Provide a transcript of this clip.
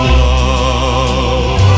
love